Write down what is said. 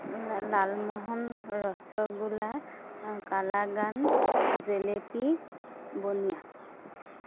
লালমোহন ৰসগোলা কালাকান জেলেপি বুনিয়া